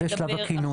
זה שלב הכינון.